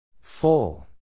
Full